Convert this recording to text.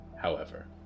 however